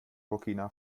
burkina